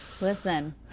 Listen